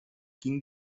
ging